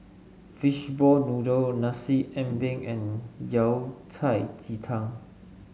Fishball Noodle Nasi Ambeng and Yao Cai Ji Tang